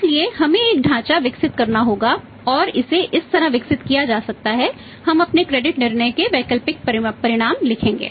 इसलिए हमें एक ढांचा विकसित करना होगा और इसे इस तरह विकसित किया जा सकता है हम अपने क्रेडिट निर्णय के वैकल्पिक परिणाम लिखेंगे